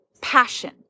passion